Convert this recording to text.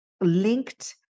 linked